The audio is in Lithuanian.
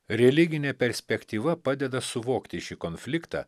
religine perspektyva padeda suvokti šį konfliktą